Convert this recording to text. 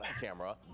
camera